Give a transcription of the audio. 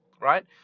right